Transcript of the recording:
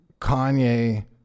Kanye